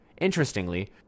Interestingly